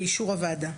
באישור הוועדה.